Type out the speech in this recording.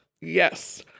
Yes